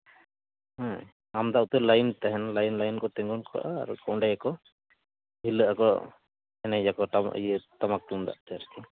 ᱦᱮᱸ ᱟᱢᱫᱟ ᱩᱛᱟᱹᱨ ᱞᱟᱭᱤᱱ ᱛᱟᱦᱮᱱᱟ ᱞᱟᱭᱤᱱ ᱞᱟᱭᱤᱱ ᱛᱤᱸᱜᱩ ᱠᱚᱜᱼᱟ ᱟᱨ ᱚᱸᱰᱮ ᱜᱮᱠᱚ ᱦᱤᱞᱟᱹᱜ ᱟᱠᱚ ᱮᱱᱮᱡᱟᱠᱚ ᱴᱟᱢᱟᱠ ᱤᱭᱟᱹ ᱴᱟᱢᱟᱠ ᱛᱩᱢᱫᱟᱜ ᱛᱮ ᱟᱨᱠᱤ